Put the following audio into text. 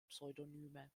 pseudonyme